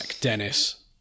Dennis